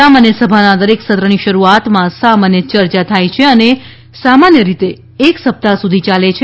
સામાન્ય સભાના દરેક સત્રની શરૂઆતમાં સામાન્ય ચર્ચા થાય છે અને સામાન્ય રીતે એક સપ્તાહ સુધી ચાલે છે